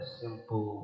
simple